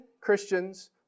Christians